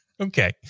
Okay